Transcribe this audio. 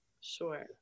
sure